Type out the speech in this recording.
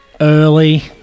early